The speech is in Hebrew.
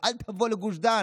אל תבוא לגוש דן,